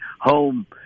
home